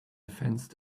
fenced